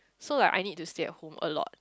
so like I need to stay at home a lot